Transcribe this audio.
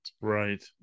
Right